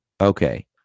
Okay